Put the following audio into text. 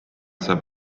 saab